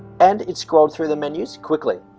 and it scrolled through the menus quickly.